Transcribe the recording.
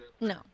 no